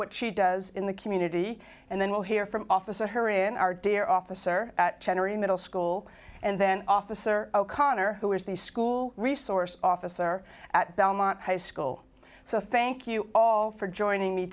what she does in the community and then we'll hear from officer her in our dear officer at ten or in middle school and then officer o'connor who is the school resource officer at belmont high school so thank you all for joining me